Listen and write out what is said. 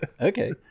Okay